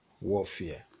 warfare